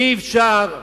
אי-אפשר.